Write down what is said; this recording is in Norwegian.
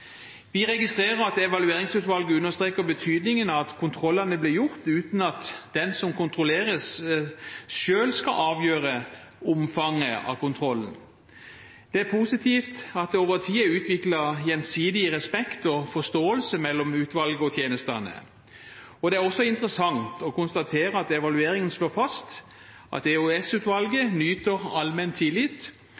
Vi registrerer at Evalueringsutvalget understreker betydningen av at kontrollene blir gjort uten at den som kontrolleres, selv skal avgjøre omfanget av kontrollen. Det er positivt at det over tid er utviklet gjensidig respekt og forståelse mellom utvalget og tjenestene. Det er også interessant å konstatere at evalueringen slår fast at